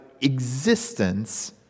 existence